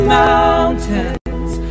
mountains